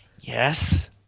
Yes